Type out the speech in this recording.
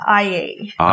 IE